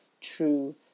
true